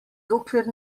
dokler